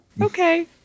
Okay